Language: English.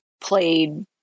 played